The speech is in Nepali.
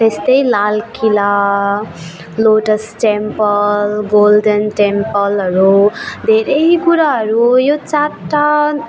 त्यस्तै Lal Qila Lotus Temple Golden टेम्पलहरू धेरै कुराहरू यो चारवटा